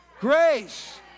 Grace